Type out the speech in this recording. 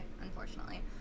unfortunately